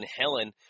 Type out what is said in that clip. Helen